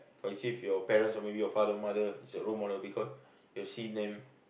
as if you parent or maybe you father mother is your role model because you seen them